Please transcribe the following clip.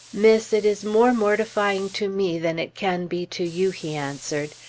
miss, it is more mortifying to me than it can be to you, he answered.